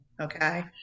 okay